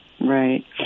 Right